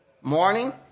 morning